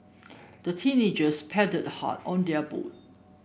the teenagers paddled hard on their boat